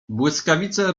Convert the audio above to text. błyskawice